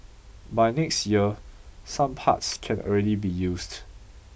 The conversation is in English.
by next year some parts can already be used